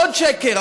עוד שקר.